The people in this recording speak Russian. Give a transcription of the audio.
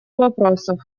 вопросов